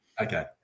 Okay